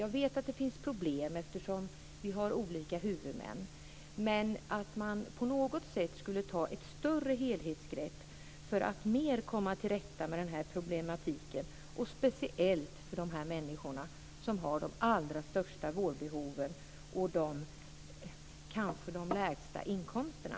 Jag vet att det finns problem eftersom det är olika huvudmän. Men på något sätt kanske man kan ta ett större helhetsgrepp för att mer komma till rätta med den här problematiken, speciellt för de människor som har de allra största vårdbehoven och kanske de lägsta inkomsterna.